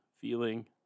feeling